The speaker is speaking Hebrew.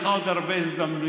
יהיו לך עוד הרבה הזדמנויות,